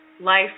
life